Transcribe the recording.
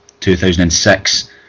2006